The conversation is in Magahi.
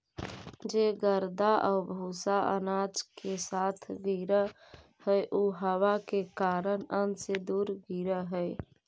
जे गर्दा आउ भूसा अनाज के साथ गिरऽ हइ उ हवा के कारण अन्न से दूर गिरऽ हइ